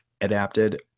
adapted